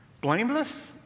Blameless